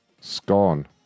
scorn